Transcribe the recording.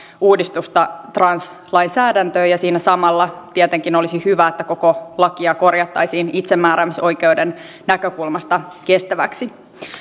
uudistusta translainsäädäntöön siinä samalla tietenkin olisi hyvä että koko lakia korjattaisiin itsemääräämisoikeuden näkökulmasta kestäväksi